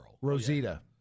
Rosita